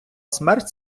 смерть